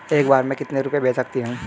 एक बार में मैं कितने रुपये भेज सकती हूँ?